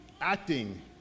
acting